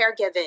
caregiving